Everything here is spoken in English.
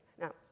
Now